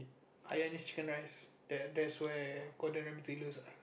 Hainanese Chicken Rice there that's where Gordon-Ramsay lose ah